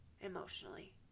emotionally